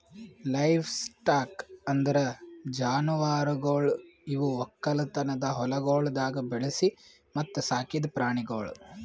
livestock ಅಂದುರ್ ಜಾನುವಾರುಗೊಳ್ ಇವು ಒಕ್ಕಲತನದ ಹೊಲಗೊಳ್ದಾಗ್ ಬೆಳಿಸಿ ಮತ್ತ ಸಾಕಿದ್ ಪ್ರಾಣಿಗೊಳ್